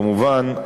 כמובן,